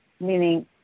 Meaning